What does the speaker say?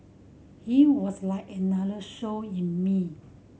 he was like another soul in me